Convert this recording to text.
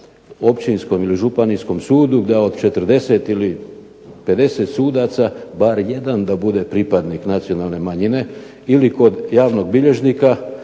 općinskom ili županijskom sudu da od 40 ili 50 sudaca bar jedan da bude pripadnik nacionalne manjine, ili kod javnog bilježnika